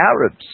Arabs